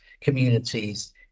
communities